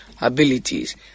abilities